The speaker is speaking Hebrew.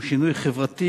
הוא שינוי חברתי,